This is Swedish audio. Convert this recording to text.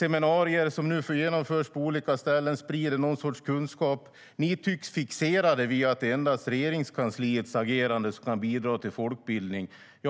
Seminarier som nu genomförs på olika ställen sprider någon sorts kunskap. Ni tycks vara fixerade vid att det är endast Regeringskansliets agerande som kan bidra till folkbildning.